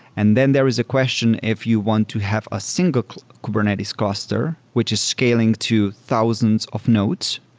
and then there is a question if you want to have a single kubernetes cluster, which is scaling to thousands of nodes,